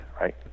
right